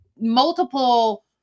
multiple